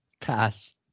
Pass